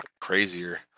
crazier